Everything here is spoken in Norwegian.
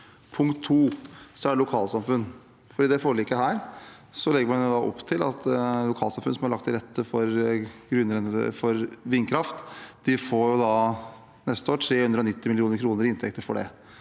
Punkt to er lokalsamfunn. I dette forliket legger man opp til at lokalsamfunn som har lagt til rette for vindkraft, neste år får 390 mill. kr i inntekter for det.